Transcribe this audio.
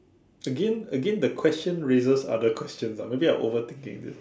again again the question raises other questions ah maybe I'm overthinking in this